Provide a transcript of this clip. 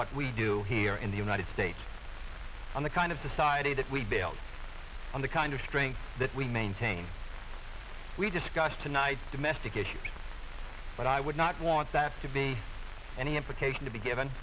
what we do here in the united states and the kind of society that we bailed on the kind of strength that we maintain its we discuss tonight domestic issues but i would not want that to be any implication to be given